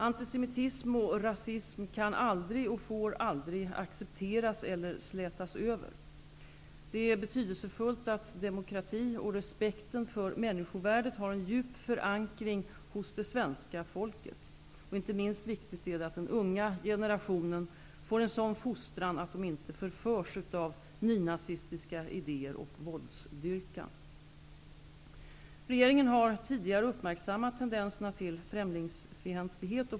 Antisemitism och rasism kan aldrig och får aldrig accepteras eller slätas över. Det är betydelsefullt att demokrati och respekten för människovärdet har en djup förankring hos det svenska folket. Inte minst viktigt är att den unga generationen får en sådan fostran att de inte förförs av nynazistiska idéer och våldsdyrkan. Regeringen har tidigare uppmärksammat tendenserna till främlingsfientlighet.